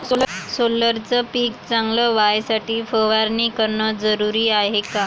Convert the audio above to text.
सोल्याचं पिक चांगलं व्हासाठी फवारणी भरनं जरुरी हाये का?